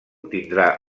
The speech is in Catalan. tindrà